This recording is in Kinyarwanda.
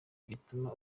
gituma